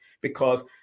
because-